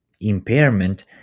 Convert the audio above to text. impairment